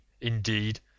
indeed